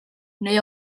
neu